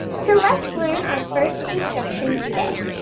so let's learn our first instructions say.